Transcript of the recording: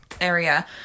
area